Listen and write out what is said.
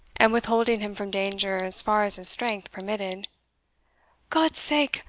and withholding him from danger as far as his strength permitted god's sake,